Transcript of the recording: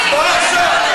זו תהיה הצבעה שמית.